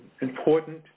important